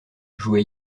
joue